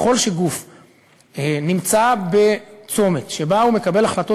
ככל שגוף נמצא בצומת שהוא מקבל החלטות